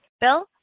Bill